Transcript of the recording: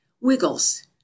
Wiggles